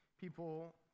people